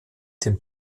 den